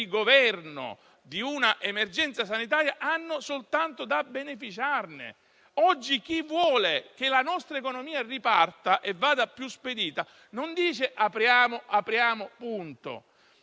rispetto al rischio di ripiombare in un'emergenza sanitaria straordinaria, dobbiamo anche tener conto delle risorse economiche che l'Europa, in maniera positiva,